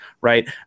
right